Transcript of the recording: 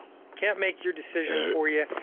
can't make your decision for ya.